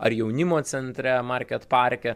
ar jaunimo centre market parke